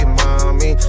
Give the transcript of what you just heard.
mommy